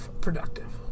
productive